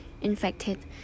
infected